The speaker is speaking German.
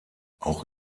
auch